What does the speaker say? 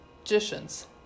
magician's